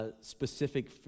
Specific